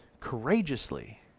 courageously